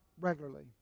regularly